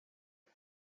أين